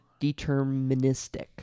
deterministic